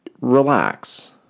relax